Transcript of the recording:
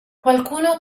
qualcuno